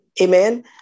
Amen